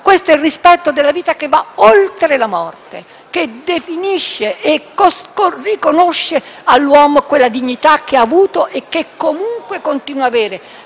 Questo è un rispetto della vita che va oltre la morte, che definisce e riconosce all'uomo quella dignità che ha avuto e che comunque continua ad avere